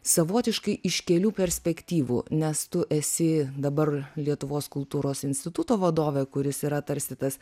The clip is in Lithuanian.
savotiškai iš kelių perspektyvų nes tu esi dabar lietuvos kultūros instituto vadovė kuris yra tarsi tas